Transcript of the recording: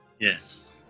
Yes